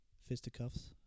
fisticuffs